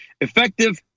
effective